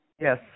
Yes